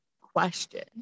question